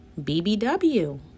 BBW